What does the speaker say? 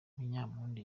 munyampundu